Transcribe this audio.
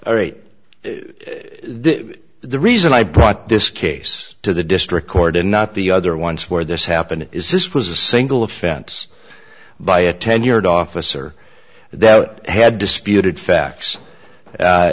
rate the reason i brought this case to the district court and not the other ones where this happened is this was a single offense by a tenured officer that had disputed facts